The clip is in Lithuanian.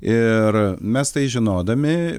ir mes tai žinodami